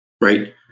Right